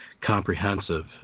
comprehensive